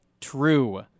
true